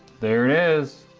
there it is.